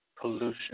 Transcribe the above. pollution